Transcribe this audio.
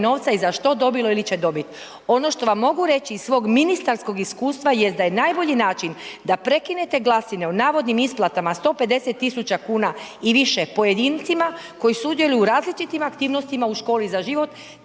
i za što dobilo ili će dobiti, ono što vam mogu reći iz svog ministarskog iskustva je da je najbolji način da prekinete glasine o navodnim isplatama 150.000 kuna i više pojedincima koji sudjeluju u različitim aktivnostima u „Školi za život“